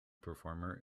performer